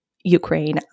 Ukraine